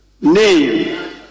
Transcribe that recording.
Name